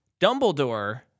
Dumbledore